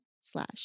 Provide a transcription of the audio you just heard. slash